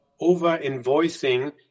over-invoicing